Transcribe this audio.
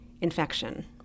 infection